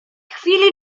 chwili